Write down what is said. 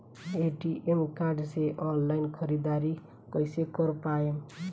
ATM card से online ख़रीदारी कइसे कर पाएम?